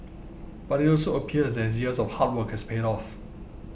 but it also appears that his years of hard work has paid off